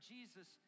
Jesus